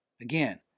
Again